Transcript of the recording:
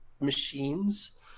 machines